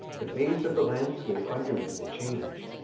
the face of the landscape underwent a change.